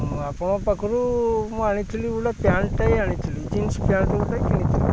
ମୁଁ ଆପଣଙ୍କ ପାଖରୁ ମୁଁ ଆଣିଥିଲି ଗୋଟାଏ ପ୍ୟାଣ୍ଟଟାଏ ଆଣିଥିଲି ଜିନ୍ସ ପ୍ୟାଣ୍ଟ ଗୋଟେ କିଣିଥିଲି